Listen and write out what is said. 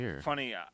funny